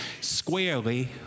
squarely